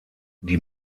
die